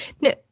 No